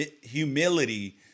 humility